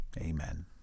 amen